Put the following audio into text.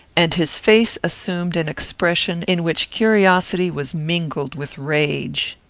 and his face assumed an expression in which curiosity was mingled with rage.